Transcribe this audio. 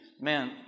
man